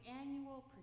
annual